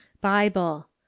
Bible